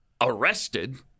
arrested